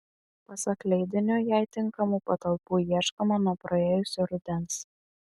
pasak leidinio jai tinkamų patalpų ieškoma nuo praėjusio rudens